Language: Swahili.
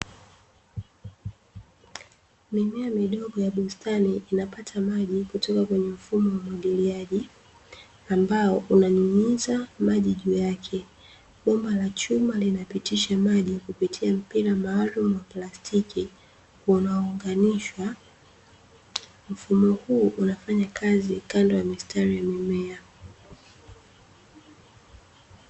Mimea midogo ya bustani inapata majikutoka kwenye mfumo wa umwagiliaji ambao unanyunyiza maji juu yake bomba la chuma linapitisha maji kupitia mpira maalumu wa plastiki unaounganishwa. Mfumo huu unafanyakazi kando ya mistari ya mimea.